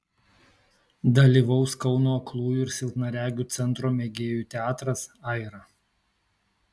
dalyvaus kauno aklųjų ir silpnaregių centro mėgėjų teatras aira